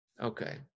Okay